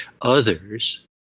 others